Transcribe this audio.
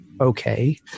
Okay